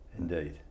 Indeed